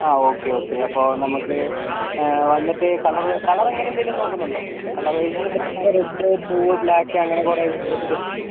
ആ ഒക്കെ ഒക്കെ അപ്പോൾ നമുക്ക് വന്നിട്ട് കളർ കളറങ്ങനെയെന്തെലും നോക്കുന്നുണ്ടോ കളറെന്ന് വെച്ചുകഴിഞ്ഞാൽ ഇപ്പോൾ നമുക്ക് റെഡ് ബ്ലൂ ബ്ലാക്ക് അങ്ങനെ കുറേ വേരിയേഷൻ വരുന്നുണ്ട്